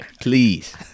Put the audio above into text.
please